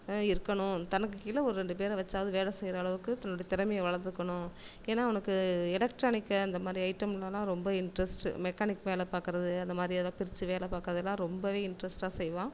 இருக்கணும் தனக்கு கீழே ஒரு ரெண்டு பேரை வச்சாவது வேலை செய்கிற அளவுக்குத் தன்னோடய திறமையை வளர்த்துக்கணும் ஏன்னால் அவனுக்கு எலக்ட்ரானிக்கு அந்த மாதிரி ஐட்டம்லலாம் ரொம்ப இன்ட்ரஸ்ட்டு மெக்கானிக் வேலை பார்க்குறது அந்த மாதிரி அதெல்லம் பிரித்து வேலை பார்க்குறதுலாம் ரொம்பவே இன்ட்ரஸ்ட்டாக செய்யலாம்